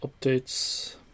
updates